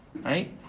right